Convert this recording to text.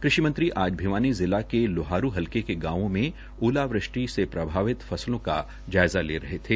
कृषि मंत्री आज भिवानी जिला के लोहारू हलके के गावों में ओलावृष्टि से प्रभावित फसलों का जायजा ले रहे थे